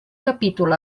capítol